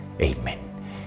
Amen